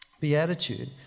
beatitude